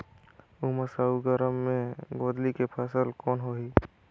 उमस अउ गरम मे गोंदली के फसल कौन होही?